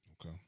Okay